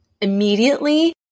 immediately